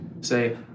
say